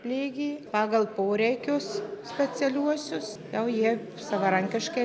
lygį pagal poreikius specialiuosius jau jie savarankiškai